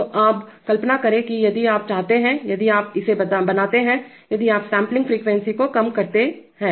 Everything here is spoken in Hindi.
तो अब कल्पना करें कि यदि आप चाहते हैं यदि आप इसे बनाते हैं यदि आप सैंपलिंग फ्रीक्वेंसी को कम करते हैं